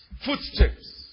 footsteps